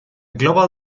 global